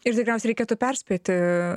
ir tikriausiai reikėtų perspėti